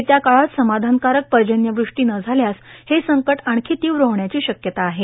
येत्या काळात समाधानकारक पर्जन्यवृ टी न झाल्यास हे संकट आणखी तीव्र होण्याची ाक्यता आहे